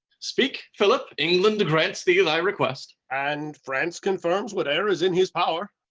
speak, philip england grants thee thy request. and france confirms what e'er is in his power.